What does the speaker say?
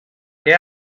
che